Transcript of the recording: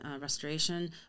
restoration